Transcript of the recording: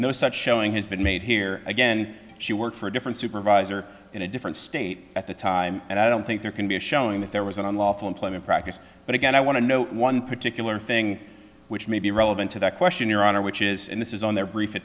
no such showing has been made here again she worked for a different supervisor in a different state at the time and i don't think there can be a showing that there was an unlawful employment practice but again i want to know one particular thing which may be relevant to that question your honor which is in this is on their brief